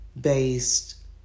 based